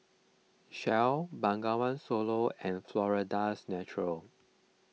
Shell Bengawan Solo and Florida's Natural